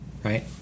Right